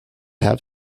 have